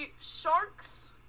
Sharks